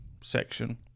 section